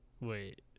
wait